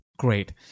great